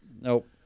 Nope